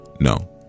No